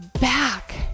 back